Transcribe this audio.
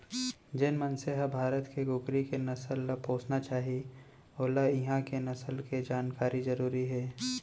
जेन मनसे ह भारत के कुकरी के नसल ल पोसना चाही वोला इहॉं के नसल के जानकारी जरूरी हे